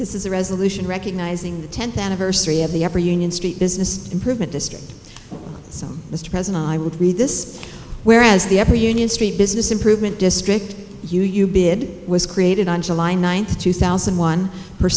this is a resolution recognizing the tenth anniversary of the ever union street business improvement district so mr president i would read this whereas the other union street business improvement district you you bid was created on july ninth two thousand one